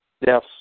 Yes